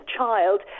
child